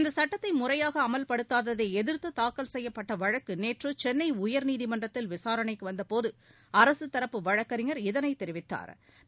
இந்த சுட்டத்தை முறையாக அமல்படுத்தாததை எதிா்த்து தாக்கல் செய்யப்பட்ட வழக்கு நேற்று சென்னை உயா்நீதிமன்றத்தில் விசாரணைக்கு வந்தபோது அரசுத்தரப்பு வழக்கறிஞர் இதனைத் தெரிவித்தாா்